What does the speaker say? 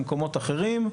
למקומות אחרים,